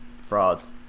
Frauds